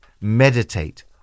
meditate